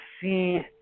see